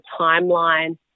timeline